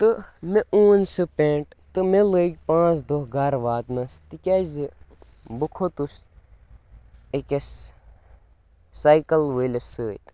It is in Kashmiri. تہٕ مےٚ اون سُہ پٮ۪نٛٹ تہٕ مےٚ لٔگۍ پانٛژھ دۄہ گَرٕ واتنَس تِکیٛازِ بہٕ کھوٚتُس أکِس سایکَل وٲلِس سۭتۍ